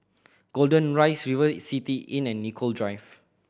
Golden Rise River City Inn and Nicoll Drive